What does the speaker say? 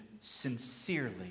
sincerely